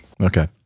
Okay